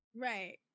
Right